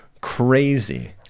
crazy